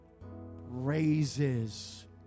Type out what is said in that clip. raises